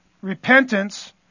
Repentance